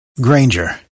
Granger